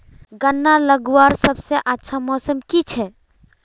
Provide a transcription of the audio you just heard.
गन्ना लगवार सबसे अच्छा मौसम की छे?